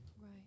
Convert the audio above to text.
Right